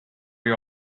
you